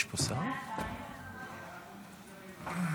חבר הכנסת בוארון, בבקשה, אדוני.